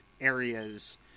areas